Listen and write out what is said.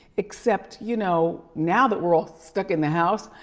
except, you know, now that we're all stuck in the house,